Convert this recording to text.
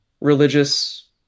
religious